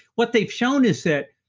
what they've shown is that,